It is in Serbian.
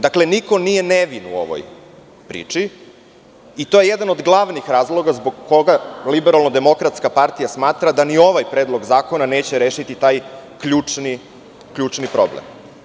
Dakle, niko nije nevin u ovoj priči i to je jedan od glavnih razloga zbog koga LDP smatra da ni ovaj predlog zakona neće rešiti taj ključni problem.